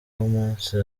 w’umunsi